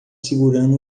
segurando